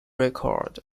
record